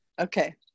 Okay